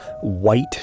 white